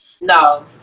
No